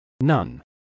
none